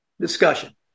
discussion